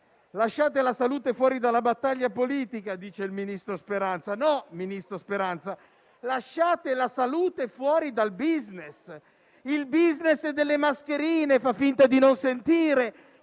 lasciare la salute fuori dalla battaglia politica. No, ministro Speranza, lasciate la salute fuori dal *business;* il *business* delle mascherine - fa finta di non sentire